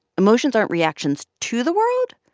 emotions aren't reactions to the world.